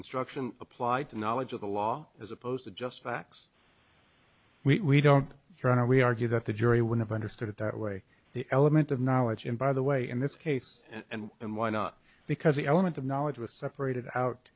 instruction applied to knowledge of the law as opposed to just facts we don't know we argue that the jury would have understood it that way the element of knowledge and by the way in this case and why not because the element of knowledge was separated out